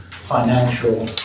financial